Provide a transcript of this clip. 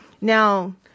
Now